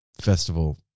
festival